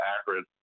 accurate